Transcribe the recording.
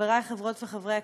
חברי חברות וחברי הכנסת,